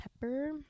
pepper